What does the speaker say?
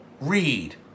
read